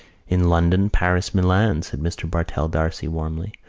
in london, paris, milan, said mr. bartell d'arcy warmly.